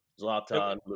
Zlatan